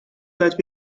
tijd